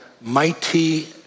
Mighty